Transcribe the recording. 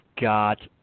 got